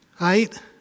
Right